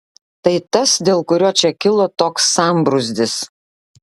tai tas dėl kurio čia kilo toks sambrūzdis